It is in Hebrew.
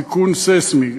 סיכון סיסמי,